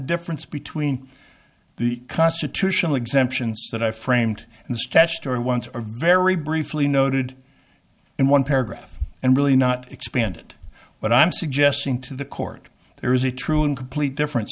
difference between the constitutional exemptions that i framed and the statutory ones are very briefly noted in one paragraph and really not expanded what i'm suggesting to the court there is a true and complete difference